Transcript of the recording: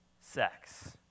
sex